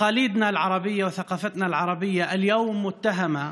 המסורות הערביות שלנו והתרבות הערבית שלנו היום מואשמות